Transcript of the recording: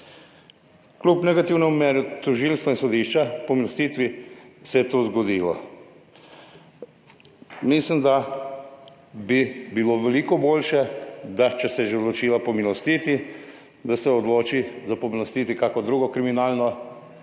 Kljub negativnemu mnenju tožilstva in sodišča pomilostitvi se je to zgodilo. Mislim, da bi bilo veliko boljše, da če se je že odločila pomilostiti, da se odloči pomilostiti kako drugo kriminalno